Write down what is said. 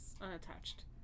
unattached